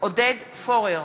עודד פורר,